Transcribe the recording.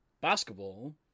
basketball